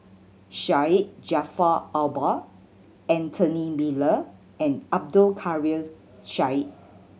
Syed Jaafar Albar Anthony Miller and Abdul Kadir Syed